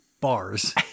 bars